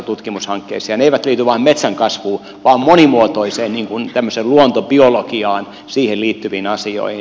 ne eivät liity vain metsänkasvuun vaan monimuotoiseen tämmöiseen luontobiologiaan ja siihen liittyviin asioihin